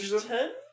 Ten